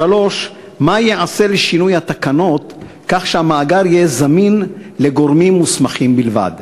3. מה ייעשה לשינוי התקנות כך שהמאגר יהיה זמין לגורמים מוסמכים בלבד?